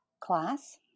class